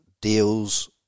deals